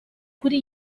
kuri